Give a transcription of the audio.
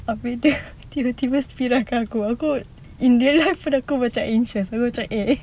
abeh dia tiba-tiba speed belakang aku aku in the end aku macam anxious aku macam eh